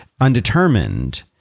undetermined